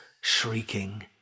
shrieking